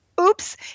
Oops